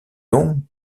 longues